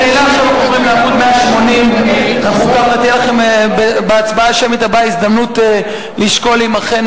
180. בהצבעה השמית הבאה תהיה לכם הזדמנות לשקול אם אכן